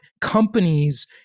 companies